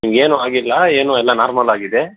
ನಿಮಗೇನು ಆಗಿಲ್ಲ ಏನು ಎಲ್ಲ ನಾರ್ಮಲ್ಲಾಗಿದೆ